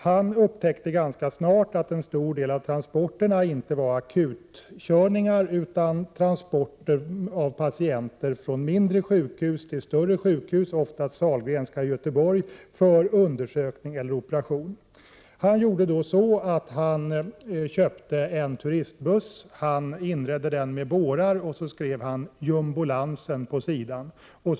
Han upptäckte ganska snart att en stor del av transporterna inte var akutkörningar utan transporter av patienter från mindre sjukhus till större sjukhus, oftast Sahlgrenska i Göteborg, för undersökning eller operation. Han köpte då en turistbuss, inredde den med bårar och skrev ”Jumbolansen” på sidorna.